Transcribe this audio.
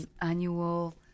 annual